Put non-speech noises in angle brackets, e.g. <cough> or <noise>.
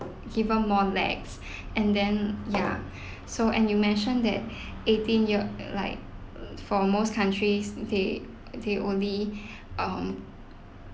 given more lacks <breath> and then yeah <breath> so and you mentioned that <breath> eighteen year uh like uh for most countries they they only <breath> um